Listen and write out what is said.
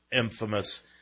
infamous